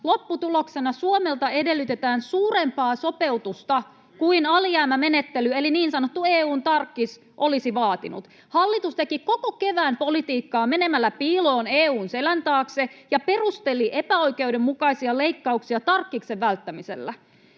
Lopputuloksena Suomelta edellytetään suurempaa sopeutusta [Ville Valkonen: Syystä että?] kuin alijäämämenettely, eli niin sanottu EU:n tarkkis, olisi vaatinut. Hallitus teki koko kevään politiikkaa menemällä piiloon EU:n selän taakse ja perusteli epäoikeudenmukaisia leikkauksia tarkkiksen välttämisellä.